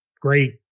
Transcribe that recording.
great